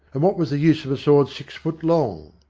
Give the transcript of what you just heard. and what was the use of a sword six foot long?